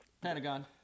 Pentagon